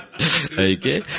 okay